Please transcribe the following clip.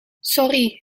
sorry